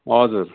हजुर